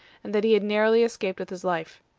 and that he had narrowly escaped with his life.